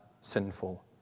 sinful